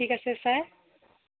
ঠিক আছে ছাৰ